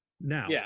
Now